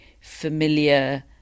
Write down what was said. familiar